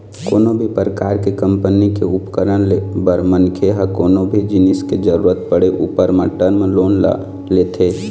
कोनो भी परकार के कंपनी के उपकरन ले बर मनखे ह कोनो भी जिनिस के जरुरत पड़े ऊपर म टर्म लोन ल लेथे